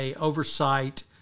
oversight